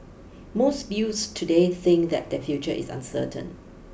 most youths today think that their future is uncertain